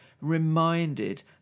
reminded